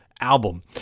album